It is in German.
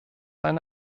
eine